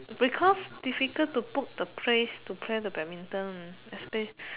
because difficult to book the place to play the badminton the space